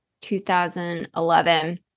2011